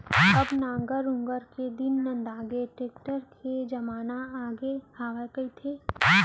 अब नांगर ऊंगर के दिन नंदागे, टेक्टर के जमाना आगे हवय कहिथें